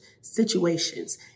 situations